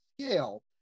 scale